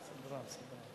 אחים, חברים, ערבים.